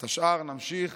את השאר נמשיך